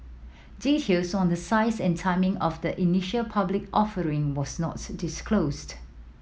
details on the size and timing of the initial public offering was not disclosed